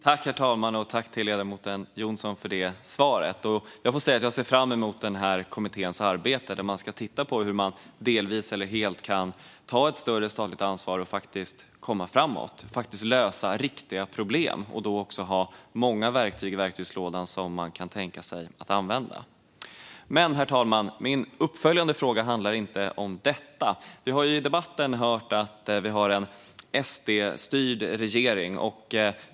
Herr talman! Jag tackar ledamoten Jonsson för svaret. Jag ser fram emot kommitténs arbete där man ska titta på hur man delvis eller helt kan ta ett större statligt ansvar, komma framåt och lösa riktiga problem. Då får man många verktyg i verktygslådan som man kan använda. Herr talman! Min uppföljande fråga handlar inte om detta. Vi har i debatten hört att vi har en SD-styrd regering.